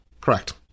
Correct